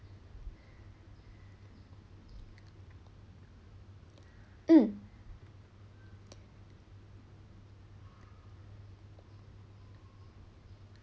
mm